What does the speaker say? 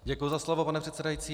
Děkuji za slovo, pane předsedající.